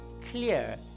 clear